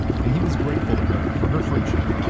and he was grateful to her for her friendship.